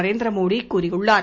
நரேந்திர மோடி கூறியுள்ளார்